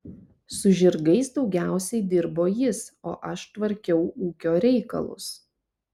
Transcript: su žirgais daugiausiai dirbo jis o aš tvarkiau ūkio reikalus